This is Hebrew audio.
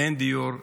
אין דיור ציבורי.